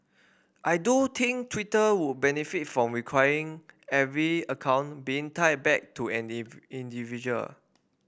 I do think Twitter would benefit from requiring every account being tied back to an individual